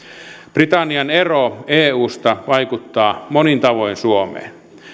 britannian ero eusta vaikuttaa monin tavoin suomeen